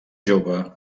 jove